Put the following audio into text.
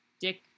Dick